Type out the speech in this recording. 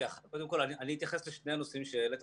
קודם כל אני אתייחס לשני הנושאים שהעלית,